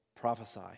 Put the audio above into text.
prophesy